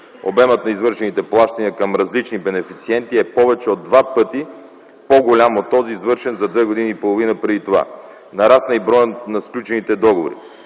Обемът на извършените плащания към различни бенефициенти е повече от два пъти по-голям от този, извършен за две години и половина преди това. Нарасна и броят на сключените договори.